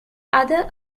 other